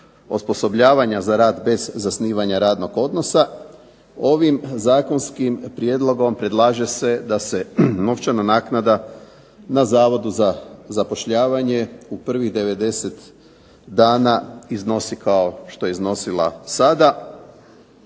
osposobljavanja za rad bez zasnivanja radnog odnosa ovim zakonskim prijedlogom predlaže se da se novčana naknada na Zavodu za zapošljavanje u prvih 90 dana iznosi kao što je iznosila sada